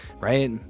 right